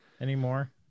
anymore